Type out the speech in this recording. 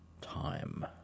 Time